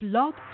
Blog